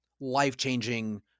life-changing